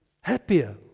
Happier